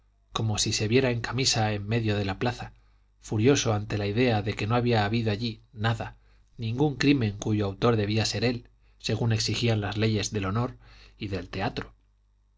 como si se viera en camisa en medio de la plaza furioso ante la idea de que no había habido allí nada ningún crimen cuyo autor debía ser él según exigían las leyes del honor y del teatro